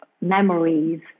memories